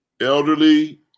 elderly